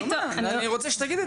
אני רוצה שהיא תגיד את זה.